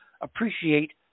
appreciate